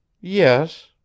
Yes